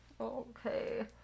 Okay